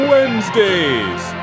Wednesdays